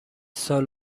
سال